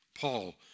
Paul